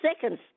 Seconds